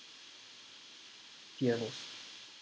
fear most